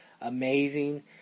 amazing